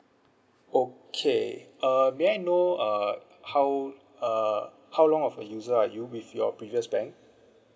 okay uh may I know uh how uh how long of a user are you with your previous bank